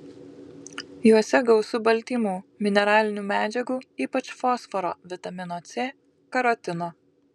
juose gausu baltymų mineralinių medžiagų ypač fosforo vitamino c karotino